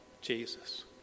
Jesus